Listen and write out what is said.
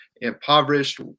impoverished